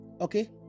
Okay